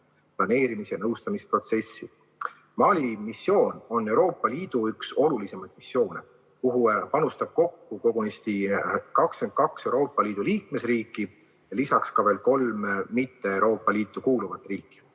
planeerimis‑ ja nõustamisprotsessi. Mali missioon on Euroopa Liidu üks olulisemaid missioone, kuhu panustab kokku kogunisti 22 Euroopa Liidu liikmesriiki, lisaks kolm Euroopa Liitu mittekuuluvat riiki.